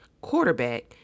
quarterback